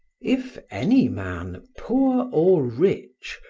if any man, poor or rich,